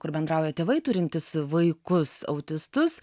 kur bendrauja tėvai turintys vaikus autistus